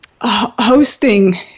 hosting